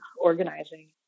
organizing